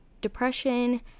depression